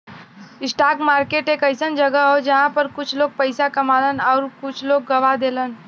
stock market एक अइसन जगह हौ जहां पर कुछ लोग पइसा कमालन आउर कुछ लोग गवा देलन